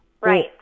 Right